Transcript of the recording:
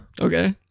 okay